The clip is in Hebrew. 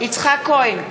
יצחק כהן,